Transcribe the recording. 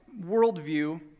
worldview